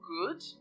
good